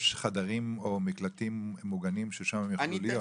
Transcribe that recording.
חדרים או מקלטים מוגנים ששם הם יכולים להיות.